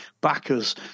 backers